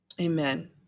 Amen